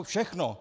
Všechno.